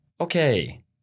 Okay